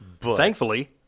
Thankfully